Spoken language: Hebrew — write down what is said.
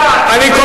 את הפושעת.